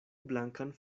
blankan